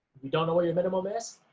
you don't know what your minimum is,